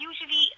usually